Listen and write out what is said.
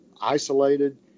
isolated